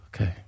Okay